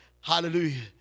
Hallelujah